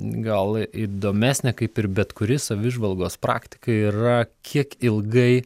gal įdomesnė kaip ir bet kuri savivaldos praktika yra kiek ilgai